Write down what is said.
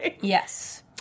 Yes